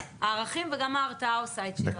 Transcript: הערכים וגם ההרתעה עושים את שלהם.